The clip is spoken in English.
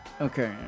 Okay